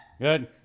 Good